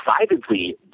decidedly